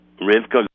Rivka